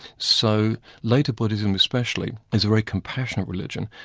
so later buddhism especially is a very compassionate religion,